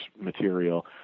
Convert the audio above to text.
material